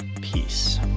Peace